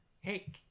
hey